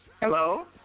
Hello